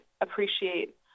appreciate